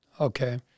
Okay